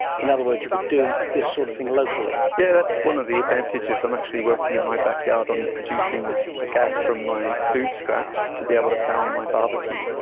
in other words you could do this sort of thing locally? yes, yeah that's one of the advantages. i'm actually working in my backyard on producing a gas from my food scraps to be able to power my barbecue.